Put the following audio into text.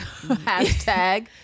hashtag